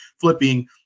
flipping